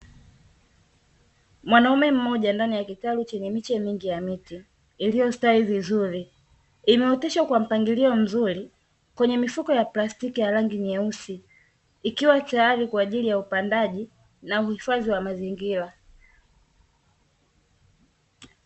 Mwanaume mmoja ndani ya kitalu chenye miche mingi ya miti iliyo stawi vizuri , imeoteshwa kwa mpangilio mzuri kwenye mifuko ya plastiki ya rangi nyeusi, ikiwa tayari kwaajili ya upandaji na uhifadhi wa mazingira.